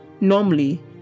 normally